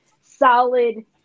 solid